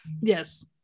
yes